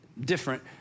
different